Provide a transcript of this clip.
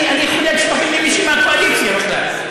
אני חולק שבחים למישהי מהקואליציה בכלל.